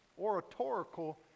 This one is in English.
oratorical